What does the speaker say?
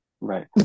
Right